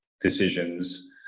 decisions